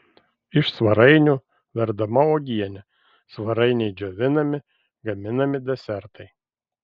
iš svarainių verdama uogienė svarainiai džiovinami gaminami desertai